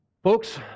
Folks